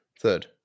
Third